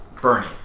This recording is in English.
Bernie